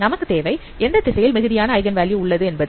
நமக்கு தேவை எந்த திசையில் மிகுதியான ஐகன் வேல்யூ உள்ளது என்பது